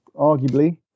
arguably